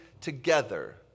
together